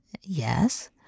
Yes